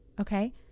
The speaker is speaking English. Okay